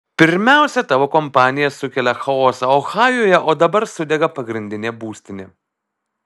pirmiausia tavo kompanija sukelia chaosą ohajuje o dabar sudega pagrindinė būstinė